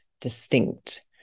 distinct